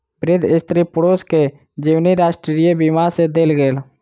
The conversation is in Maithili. वृद्ध स्त्री पुरुष के जीवनी राष्ट्रीय बीमा सँ देल गेल